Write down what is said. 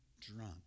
drunk